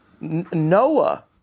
Noah